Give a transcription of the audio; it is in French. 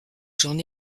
j’en